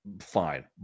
fine